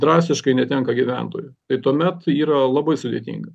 drastiškai netenka gyventojų tai tuomet yra labai sudėtinga